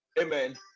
Amen